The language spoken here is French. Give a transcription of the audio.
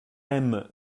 eme